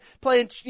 playing